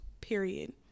period